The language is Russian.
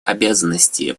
обязанности